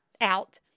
out